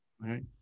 right